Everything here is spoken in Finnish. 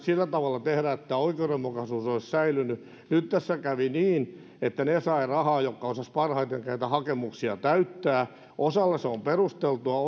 tehdä sillä tavalla että oikeudenmukaisuus olisi säilynyt nyt tässä kävi niin että rahaa saivat ne jotka osasivat parhaiten näitä hakemuksia täyttää osalla se on perusteltua